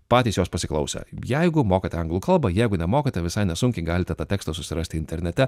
patys jos pasiklausę jeigu mokate anglų kalbą jeigu nemokate visai nesunkiai galite tą tekstą susirasti internete